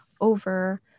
over